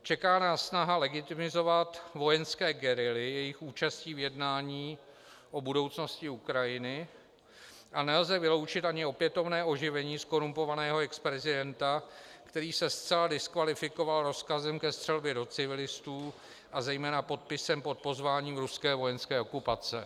Čeká nás snaha legitimizovat vojenské gerily jejich účastí v jednání o budoucnosti Ukrajiny a nelze vyloučit ani opětovné oživení zkorumpovaného exprezidenta, který se zcela diskvalifikoval rozkazem ke střelbě do civilistů a zejména podpisem pod pozváním ruské vojenské okupace.